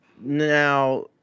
Now